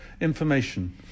information